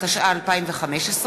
התשע"ה 2015,